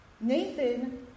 Nathan